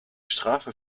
strafe